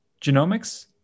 genomics